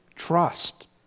Trust